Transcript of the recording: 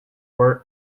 were